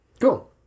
Cool